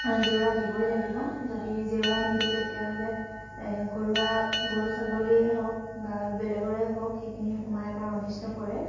জেউৰা দিবই লাগিব যদি জেউৰা নিদোঁ তেতিয়াহ'লে ঘৰুৱা গৰু ছাগলীয়ে হওক বা বেলেগৰে হওক সেইখিনি সোমাই আমাৰ অনিষ্ট কৰে